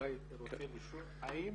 אולי רוצה לשאול האם